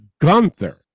Gunther